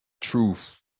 truth